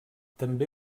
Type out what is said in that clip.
també